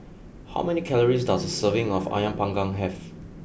how many calories does a serving of Ayam Panggang have